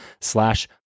slash